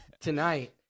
tonight